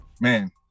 man